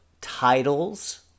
titles